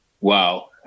wow